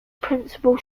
principal